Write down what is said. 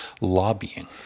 lobbying